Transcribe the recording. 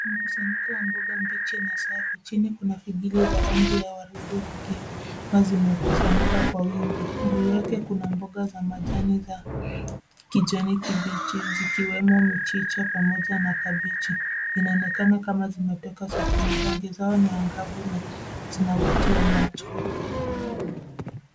Mkusanyiko wa mboga mbichi na safi chini kuna figili za rangi ya waridi na zimekusanyika kwa wingi, chini yake kuna mboga za majani za kijani kibichi zikiwemo mchicha pamoja na kabichi inaonekana nikama zimetoka sokoni, rangi zao ni angavu na zinavutia macho.